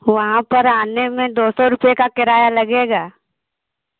वहाँ पर आने में दो सौ रुपए का किराया लगेगा